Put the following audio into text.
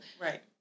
Right